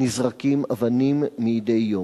ונזרקים אבנים מדי יום.